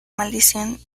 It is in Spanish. maldición